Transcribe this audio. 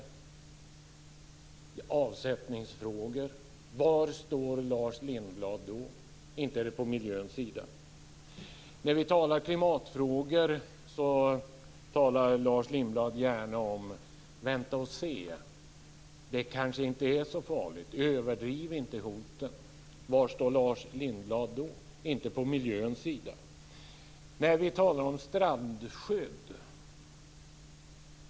Det är också avsättningsfrågor. Var står Lars Lindblad då? Inte är det på miljöns sida. När vi talar om klimatfrågor säger Lars Lindblad gärna att vi ska vänta och se, det kanske inte är farligt, överdriv inte hoten. Var står Lars Lindblad då? Inte på miljöns sida. När vi talar om strandskydd då?